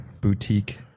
boutique